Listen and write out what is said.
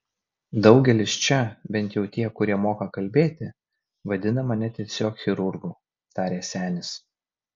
daugelis čia bent jau tie kurie moka kalbėti vadina mane tiesiog chirurgu tarė senis